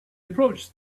approached